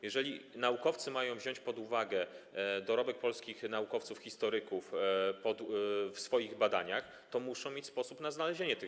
Jeżeli naukowcy mają wziąć pod uwagę dorobek polskich naukowców, historyków w swoich badaniach, to muszą mieć sposób na znalezienie tego.